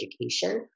education